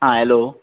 आ yellow